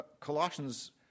Colossians